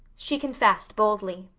she confessed, boldly.